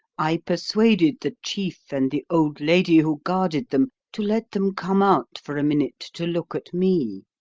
i persuaded the chief and the old lady who guarded them to let them come out for a minute to look at me.